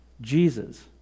Jesus